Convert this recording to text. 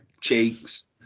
Cheeks